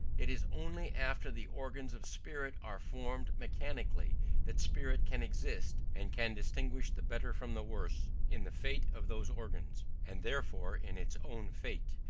it is only after the organs of spirit are formed mechanically that spirit can exist, and can distinguish the better from the worse in the fate of those organs, and therefore in its own fate.